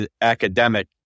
academic